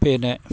പിന്നെ